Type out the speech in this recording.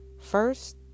First